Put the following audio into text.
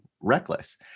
reckless